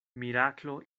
miraklo